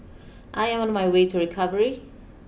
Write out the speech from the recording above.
I am on my way to recovery